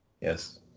Yes